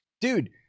Dude